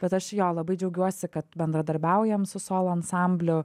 bet aš jo labai džiaugiuosi kad bendradarbiaujam su solo ansambliu